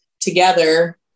together